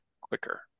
quicker